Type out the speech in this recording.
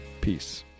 peace